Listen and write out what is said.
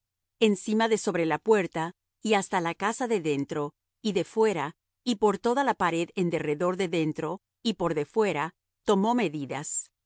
encima de sobre la puerta y hasta la casa de dentro y de fuera y por toda la pared en derredor de dentro y por de fuera tomó medidas